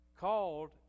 called